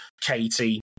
Katie